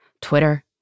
Twitter